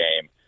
game